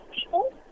people